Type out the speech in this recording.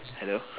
hello